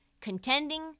contending